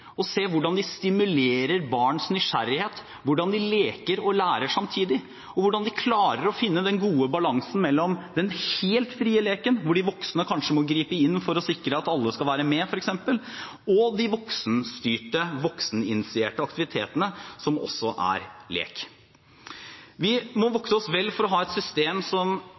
og se hvordan man stimulerer barns nysgjerrighet, hvordan barna leker og lærer samtidig, og hvordan man klarer å finne den gode balansen mellom den helt frie leken, hvor de voksne kanskje må gripe inn for å sikre at alle er med, og de voksenstyrte, vokseninitierte aktivitetene som også er lek. Vi må vokte oss vel for å ha et system som